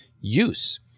use